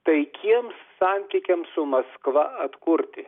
taikiems santykiams su maskva atkurti